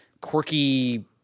quirky